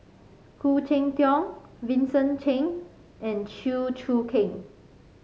Khoo Cheng Tiong Vincent Cheng and Chew Choo Keng